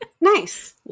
nice